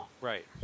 Right